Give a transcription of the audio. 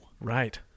Right